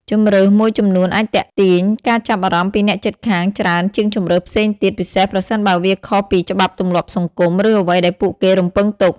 ជម្រើសមួយចំនួនអាចទាក់ទាញការចាប់អារម្មណ៍ពីអ្នកជិតខាងច្រើនជាងជម្រើសផ្សេងទៀត ពិសេសប្រសិនបើវាខុសពីច្បាប់ទម្លាប់សង្គម ឬអ្វីដែលពួកគេរំពឹងទុក។